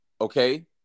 okay